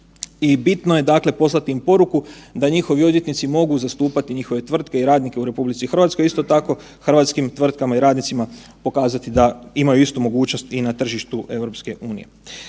bitno je dakle poslati im poruku da njihovi odvjetnici mogu zastupati njihove tvrtke i radnike u RH, a isto tako hrvatskim tvrtkama i radnicima pokazati da imaju istu mogućnost i na tržištu EU.